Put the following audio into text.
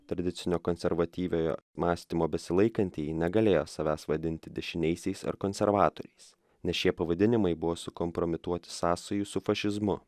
tradicinio konservatyviojo mąstymo besilaikantieji negalėjo savęs vadinti dešiniaisiais ar konservatoriais nes šie pavadinimai buvo sukompromituoti sąsajų su fašizmu